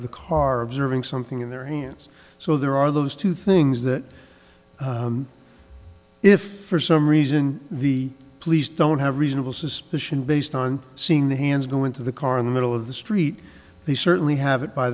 the car observing something in their hands so there are those two things that if for some reason the police don't have reasonable suspicion based on seeing the hands go into the car in the middle of the street they certainly have it by